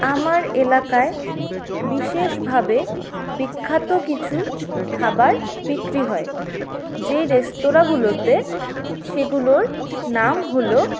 আমার এলাকায় বিশেষভাবে বিখ্যাত কিছু খাবার বিক্রি হয় যেই রেস্তোরাঁগুলোতে সেগুলোর নাম হলো